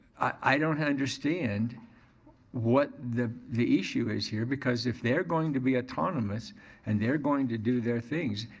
i don't understand what the the issue is here because if they're going to be autonomous and they're going to do their things,